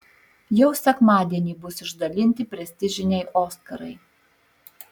jau sekmadienį bus išdalinti prestižiniai oskarai